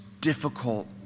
difficult